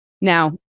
Now